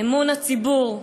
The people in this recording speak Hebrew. אמון הציבור,